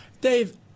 Dave